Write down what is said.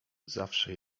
zawsze